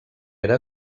era